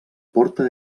porta